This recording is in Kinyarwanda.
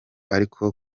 ariko